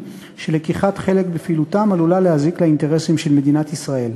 שלקיחת חלק בפעילותם עלולה להזיק לאינטרסים של מדינת ישראל.